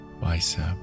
bicep